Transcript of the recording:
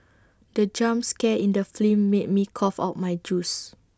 the jump scare in the film made me cough out my juice